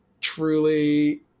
truly